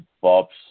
Bob's